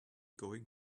going